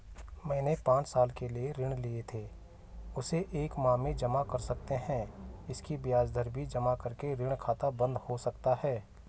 मैंने पांच साल के लिए जो ऋण लिए थे उसे एक माह में जमा कर सकते हैं इसकी ब्याज दर भी जमा करके ऋण खाता बन्द हो सकता है?